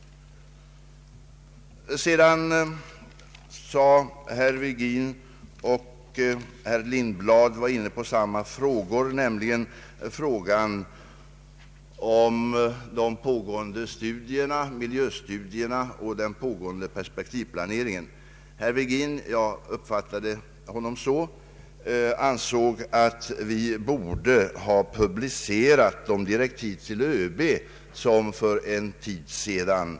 Herr Virgin och även herr Lindblad tog upp frågan om de pågående miljöstudierna och den pågående perspektivplaneringen. Herr Virgin ansåg — jag uppfattade honom så — att vi borde ha publicerat Kungl. Maj:ts direktiv till ÖB för någon tid sedan.